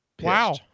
Wow